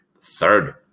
third